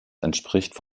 entspricht